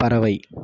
பறவை